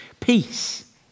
peace